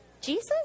Jesus